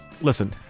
listen